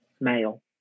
male